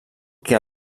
que